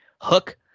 Hook